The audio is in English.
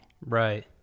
Right